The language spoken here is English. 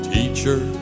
Teacher